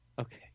Okay